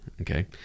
Okay